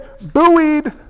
buoyed